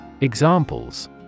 Examples